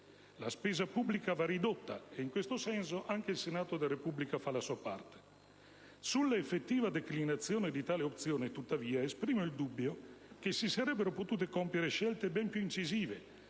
La spesa pubblica va ridotta e, in questo senso, anche il Senato della Repubblica fa la sua parte. Sull'effettiva declinazione di tale opzione, tuttavia, esprimo il dubbio che si sarebbero potute compiere scelte ben più incisive,